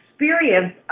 experience